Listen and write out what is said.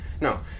No